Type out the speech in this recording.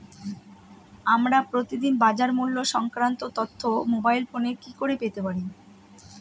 আমরা প্রতিদিন বাজার মূল্য সংক্রান্ত তথ্য মোবাইল ফোনে কি করে পেতে পারি?